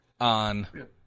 on